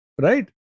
Right